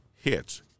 hits